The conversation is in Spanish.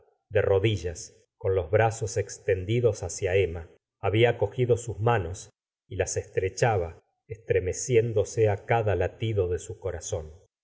de rodillas con los brazo extendidos hacia emma babia cogido sus manos y las estrechaba estremeciéndose á cada latido de su corazón